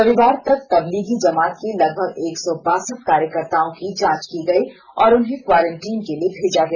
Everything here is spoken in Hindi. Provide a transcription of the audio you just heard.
रविवार तक तबलीग जमात के लगभग एक सौ बासठ कार्यकर्ताओं की जांच की गई और उन्हें क्वारेंटीन के लिए भेजा गया